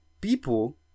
people